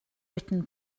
written